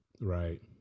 Right